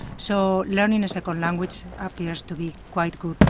so learning a second language appears to be quite good.